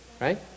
right